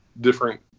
different